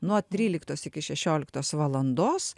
nuo tryliktos iki šešioliktos valandos